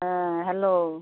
হ্যাঁ হ্যালো